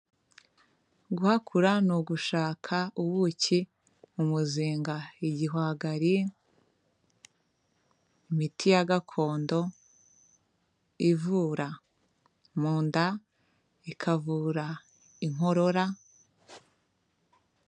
Guhakura ni ugushaka ubuki mu muzinga, igihwagari, imiti ya gakondo ivura, mu nda ikavura inkorora,